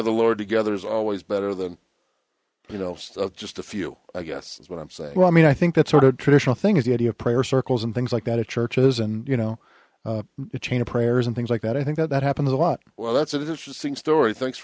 of the lord together is always better than you know just a few i guess what i'm saying i mean i think that sort of traditional thing is the idea of prayer circles and things like that of churches and you know the chain of prayers and things like that i think that that happens a lot well that's an interesting story thanks